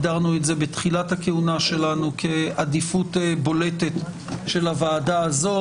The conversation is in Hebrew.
הגדרנו את זה בתחילת הכהונה שלנו כעדיפות בולטת של הוועדה הזאת,